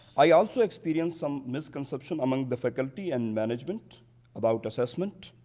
i also experienced some misconceptions among the faculty and management about assessment.